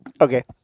okay